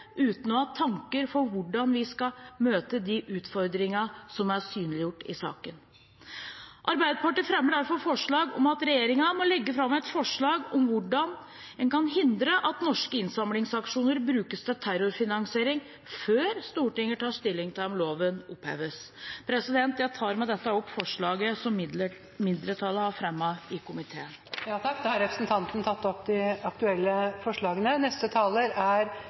uten å ha tanker for hvordan vi skal møte de utfordringene som er synliggjort i saken. Arbeiderpartiet fremmer derfor forslag om at regjeringen må legge fram et forslag om hvordan en kan hindre at norske innsamlingsaksjoner brukes til terrorfinansiering, før Stortinget tar stilling til om loven oppheves. Jeg tar med dette opp forslaget som et mindretall i komiteen, Arbeiderpartiet, har fremmet. Da har representanten Rigmor Aasrud tatt opp det forslaget hun refererte til. Det er